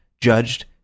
judged